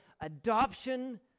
adoption